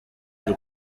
y’u